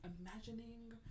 imagining